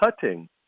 cutting